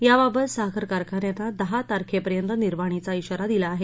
याबाबत साखर कारखान्यांना दहा तारखेपर्यंत निर्वाणीचा खाारा दिला आहे